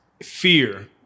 fear